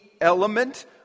element